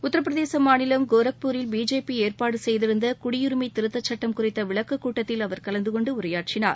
உத்திரப்பிரதேச மாநிலம் கோரக்பூரில் பிஜேபி ஏற்பாடு செய்திருந்த குடியுரிமை திருத்தச் சட்டம் குறித்த விளக்கக் கூட்டத்தில் அவர் கலந்து கொண்டு உரையாற்றினார்